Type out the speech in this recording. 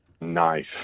Nice